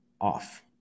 off